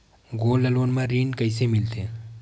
Gold loan म ऋण कइसे मिलथे?